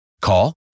Call